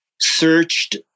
searched